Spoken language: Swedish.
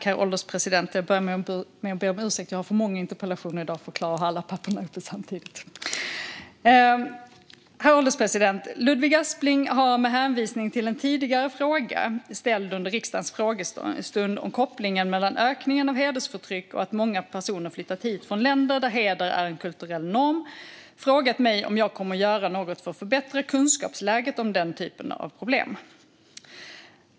Herr ålderspresident! Ludvig Aspling har med hänvisning till en tidigare fråga ställd under riksdagens frågestund om kopplingen mellan ökningen av hedersförtryck och att många personer flyttat hit från länder där heder är en kulturell norm frågat mig om jag kommer att göra något för att förbättra kunskapsläget om den typen av problem.